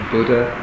Buddha